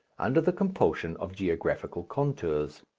under the compulsion of geographical contours.